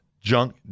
junk